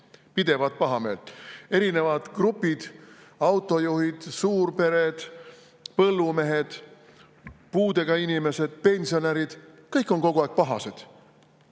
Pidevat pahameelt. Erinevad grupid: autojuhid, suurpered, põllumehed, puudega inimesed, pensionärid – kõik on kogu aeg pahased.